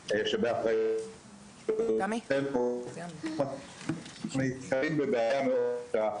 שבאחריותנו אנחנו נתקלים בבעיה מאוד קשה,